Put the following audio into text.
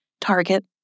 target